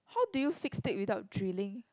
how do you fix it without drilling